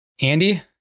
Andy